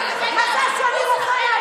את הצבעת נגד משפחות חד-הוריות.